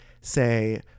say